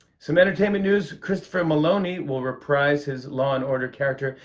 some entertainment news christopher maloney will reprise his law and order character,